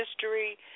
history